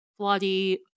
bloody